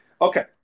Okay